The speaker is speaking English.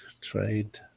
trade